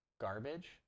Garbage